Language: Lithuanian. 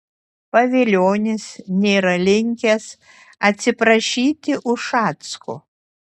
pavilionis nėra linkęs atsiprašyti ušacko